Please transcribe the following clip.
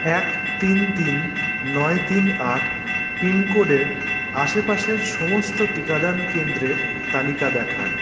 এক তিন তিন নয় তিন আট পিন কোডের আশেপাশের সমস্ত টিকাদান কেন্দ্রের তালিকা দেখান